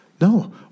No